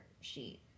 sheet